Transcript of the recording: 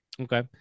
Okay